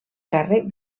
càrrec